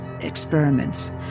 experiments